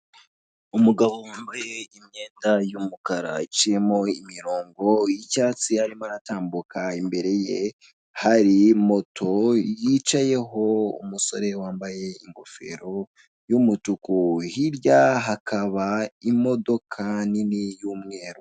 Umugabo wambaye imyenda y'umukara iciyemo imironko y'icyatsi arimo aratambuka imbere ye hari moto yicayeho umusore wambaye ingofero y'umutuku hirya hakaba imodoka nini y'umweru.